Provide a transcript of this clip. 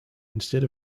instead